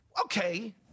okay